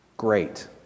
great